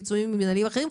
בעיצומים מנהליים אחרים,